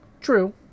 True